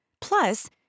Plus